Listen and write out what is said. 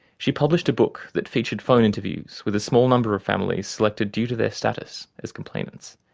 she published a book that featured phone interviews with a small number of families selected due to their status as complainants.